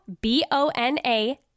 B-O-N-A